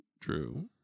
True